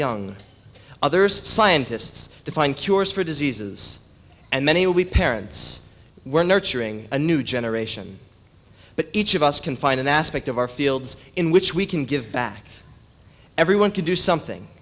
young others scientists to find cures for diseases and many we parents were nurturing a new generation but each of us can find an aspect of our fields in which we can give back everyone can do something